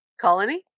Colony